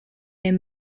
their